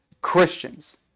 Christians